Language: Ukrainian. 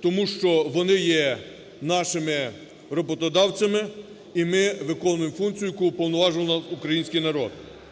Тому що вони є нашими роботодавцями, і ми виконуємо функцію, на яку уповноважив нас український народ.